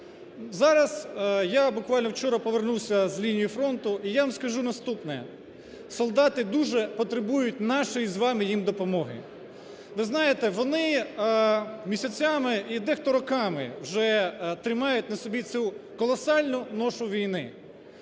Зараз, я буквально вчора повернувся з лінії фронту, і я вам скажу наступне, солдати дуже потребують нашої з вами їм допомоги. Ви знаєте, вони місяцями і дехто роками вже тримають на собі цю колосальну ношу війни.